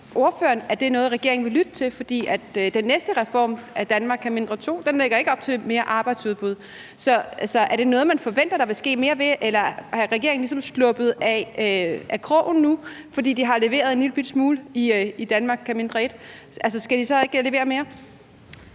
det er noget, regeringen vil lytte til? For den næste reform, »Danmark kan mindre II« , lægger ikke op til større arbejdsudbud. Så er det noget, man forventer der vil ske mere ved, eller er regeringen ligesom sluppet af krogen nu, fordi den har leveret en lille bitte smule i »Danmark kan mindre I« ?